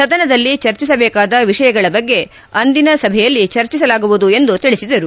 ಸದನದಲ್ಲಿ ಚರ್ಚಿಸಬೇಕಾದ ವಿಷಯಗಳ ಬಗ್ಗೆ ಅಂದಿನ ಸಭೆಯಲ್ಲಿ ಚರ್ಚಿಸಲಾಗುವುದು ಎಂದು ತಿಳಿಸಿದರು